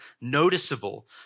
noticeable